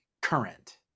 current